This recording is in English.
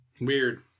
Weird